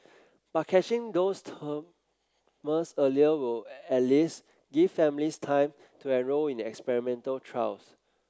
but catching those earlier will at least give families time to enrol in experimental trials